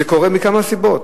זה קורה מכמה סיבות.